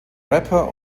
rapper